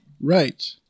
Right